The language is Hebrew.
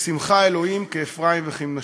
ישִימך אלוהים כאפרים וכמנשה.